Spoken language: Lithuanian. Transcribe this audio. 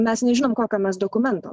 mes nežinom kokio mes dokumento